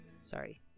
Sorry